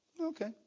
Okay